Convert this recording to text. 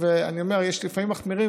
אני אומר: לפעמים מחמירים,